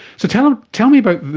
so tell tell me about,